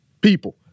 people